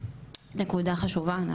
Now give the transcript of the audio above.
נקודה חשובה.